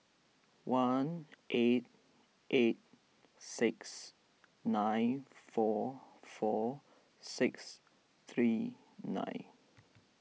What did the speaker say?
one eight eight six nine four four six three nine